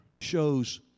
shows